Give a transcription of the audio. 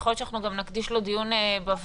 יכול להיות שגם נקדיש לו דיון בוועדה,